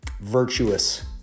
Virtuous